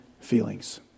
feelings